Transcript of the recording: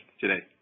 today